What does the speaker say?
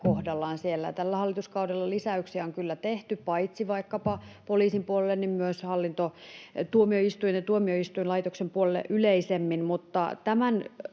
kohdallaan siellä. Tällä hallituskaudella lisäyksiä on kyllä tehty paitsi vaikkapa poliisin puolelle myös hallintotuomioistuinten ja tuomioistuinlaitoksen puolelle yleisemmin.